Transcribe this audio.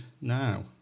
now